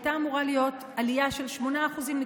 הייתה אמורה להיות עלייה של 8.7%,